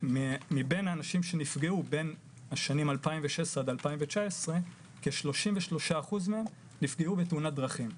מבין האנשים שנפגעו בשנים 2016 2019 כ-33% מהם נפגעו בתאונת דרכים,